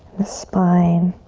the spine.